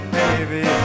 baby